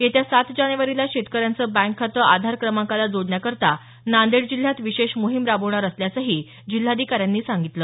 येत्या सात जानेवारीला शेतकर्यांचं बँक खातं आधार क्रमांकाला जोडण्याकरता नांदेड जिल्ह्यात विशेष मोहीम राबवणार असल्याचंही जिल्हाधिकार्यांनी सांगितलं